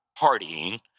partying